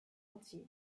entier